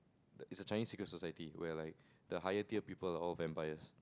it's a Chinese secret society where like the higher tier people are all vampires